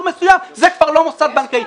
מסוים זה כבר לא מוסד בנקאי -- לא,